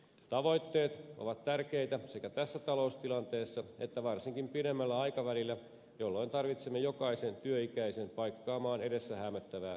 tavoitteet ovat tärkeitä sekä tässä taloustilanteessa että varsinkin pidemmällä aikavälillä jolloin tarvitsemme jokaisen työikäisen paikkaamaan edessä häämöttävää työvoimapulaa